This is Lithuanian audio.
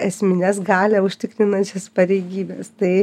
esmines galią užtikrinančias pareigybes tai